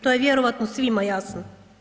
To je vjerojatno svima jasno.